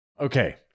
Okay